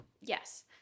Yes